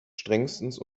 strengstens